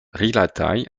rilataj